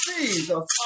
Jesus